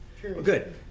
Good